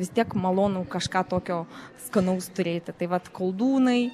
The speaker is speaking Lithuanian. vis tiek malonu kažką tokio skanaus turėti tai vat koldūnai